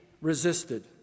resisted